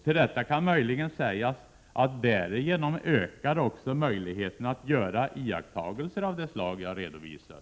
Till detta kan möjligen sägas att härigenom ökas också möjligheterna att göra iakttagelser av det slag som jag har redovisat.